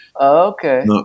Okay